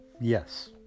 yes